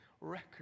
record